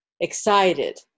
excited